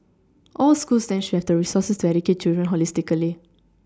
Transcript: all schools then should have the resources to educate children holistically